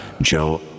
Joe